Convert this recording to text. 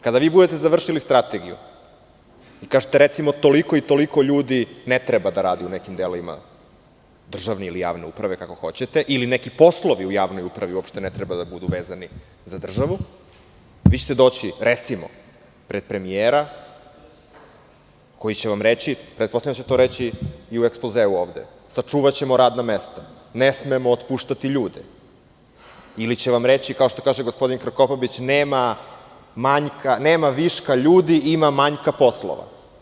Kada vi budete završili strategiju i kažete, recimo - toliko i toliko ljudi ne treba da radi u nekim delovima državne ili javne uprave, kako hoćete, ili neki poslovi u javnoj upravi uopšte ne treba da budu vezani za državu, vi ćete doći, recimo, pred premijera koji će vam reći, pretpostavljam da će to reći i u ekspozeu ovde – sačuvaćemo radna mesta, ne smemo otpuštati ljude, ili će vam reći kao što kaže gospodin Krkobabić – nema viška ljudi, ima manjka poslova.